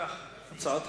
להעביר את הצעת